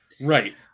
Right